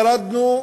ירדנו,